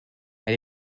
elle